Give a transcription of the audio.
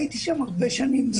הייתי שם הרבה שנים.